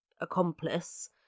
accomplice